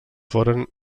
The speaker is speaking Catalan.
foren